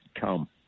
come